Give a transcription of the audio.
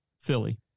Philly